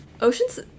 Oceans